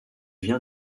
vient